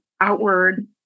outward